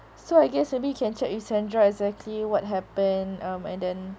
so I guess maybe you can check with sandra exactly what happened um and then